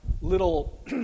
little